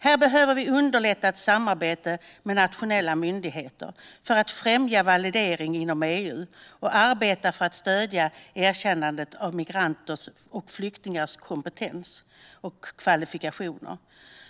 Här behöver vi underlätta ett samarbete med nationella myndigheter för att främja validering inom EU och arbeta för att stödja erkännandet av migranters och flyktingars kompetens och kvalifikationer.